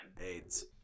AIDS